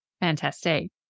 Fantastic